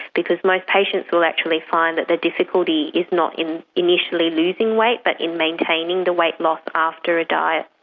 because most patients will actually find that the difficulty is not in initially losing weight but in maintaining the weight loss after a diet.